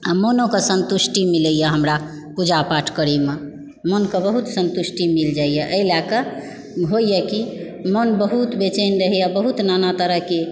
आ मनोके संतुष्टि मिलैया हमरा पूजा पाठ करयमे मनके बहुत सन्तुष्टि मिल जाइया एहि लऽ कऽ होइया कि मन बहुत बेचैन रहैया बहुत नाना तरहकेँ